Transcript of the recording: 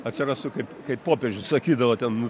atsirastų kaip kaip popiežiui sakydavo ten